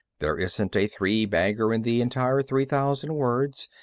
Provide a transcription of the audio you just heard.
there isn't a three-bagger in the entire three thousand words,